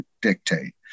dictate